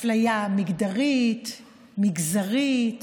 אפליה מגדרית, מגזרית.